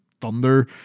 thunder